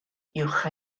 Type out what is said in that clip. uwch